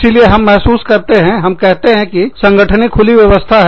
इसीलिए हम महसूस करते हैं हम कहते हैं कि संघटने खुली व्यवस्था है